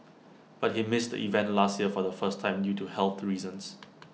but he missed the event last year for the first time due to health reasons